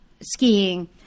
skiing